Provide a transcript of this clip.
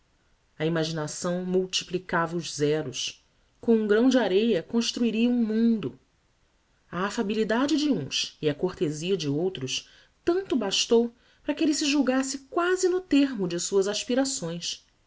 a imaginação multiplicava os zeros com um grão de areia construiria um mundo a affabilidade de uns e a cortezia de outros tanto bastou para que elle se julgasse quasi no termo de suas aspirações